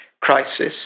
crisis